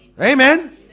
amen